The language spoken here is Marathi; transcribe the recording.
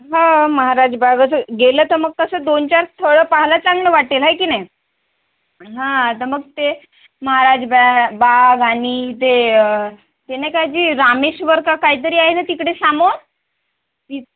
हां महाराजबागच गेलं तर मग तसं दोन चार स्थळं पाहायला चांगलं वाटेल आहे की नाही हां तर मग ते महाराज बॅ बाग आणि ते ते नाही का जी रामेश्वर काही तरी आहे ना तिकडे समोर ती